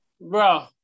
Bro